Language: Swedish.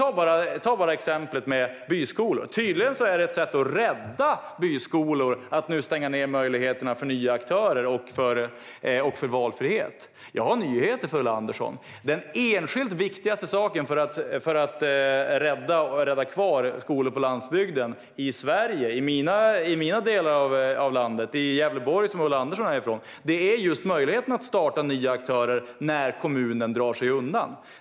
När det gäller exemplet med byskolor är tydligen ett sätt att rädda byskolor att nu stänga ned möjligheterna för nya aktörer och för valfrihet. Jag har nyheter till Ulla Andersson. Det enskilt viktigaste för att rädda kvar skolor på landsbygden i Sverige - i min del av landet och i Gävleborg som Ulla Andersson kommer från - är just möjligheten för nya aktörer att starta verksamhet när kommunen drar sig undan.